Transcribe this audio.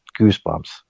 goosebumps